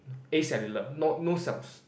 acellular no cells